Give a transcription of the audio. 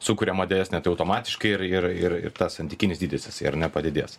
sukuriama didesnė tai automatiškai ir ir ir ir tas santykinis dydis jisai ir nepadidės